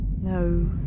No